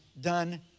done